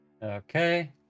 okay